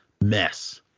mess